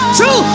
two